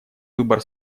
выбор